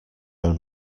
own